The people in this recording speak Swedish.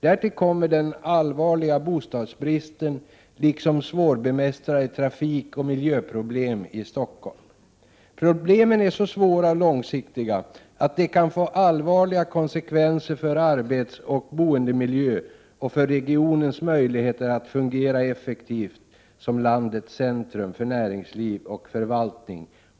Därtill kommer den allvarliga bostadsbristen liksom svårbemästrade trafikoch miljöproblem i Stockholm. Problemen är så svåra och långsiktiga att de kan få allvarliga konsekvenser för arbetsoch boendemiljö och för regionens möjligheter att fungera effektivt som landets centrum för näringsliv och förvaltning.